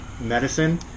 medicine